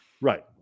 Right